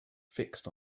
fixed